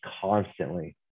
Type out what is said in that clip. constantly